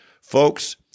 Folks